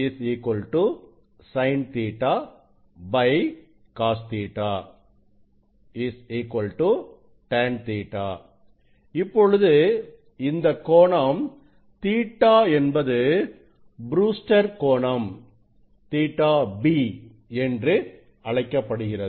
µ Sin Ɵ Cos Ɵ tan Ɵ இப்பொழுது இந்த கோணம் Ɵ என்பது ப்ரூஸ்டர் கோணம்Brewster's angle Ɵ B என்று அழைக்கப்படுகிறது